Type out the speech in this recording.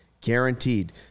Guaranteed